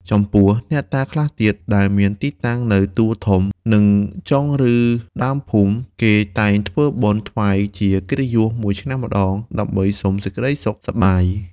ចំពោះ អ្នកតាខ្លះទៀត ដែលមានទីតាំងនៅទួលធំ នៅចុងឬដើមភូមិ គេតែងធ្វើបុណ្យ ថ្វាយជាកិត្តិយសមួយឆ្នាំម្តង ដើម្បីសុំសេចក្តីសុខសប្បាយ។